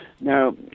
Now